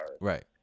Right